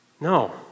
No